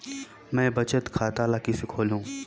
मैं बचत खाता ल किसे खोलूं?